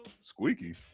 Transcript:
Squeaky